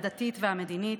הדתית והמדינית,